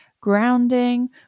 grounding